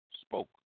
spoke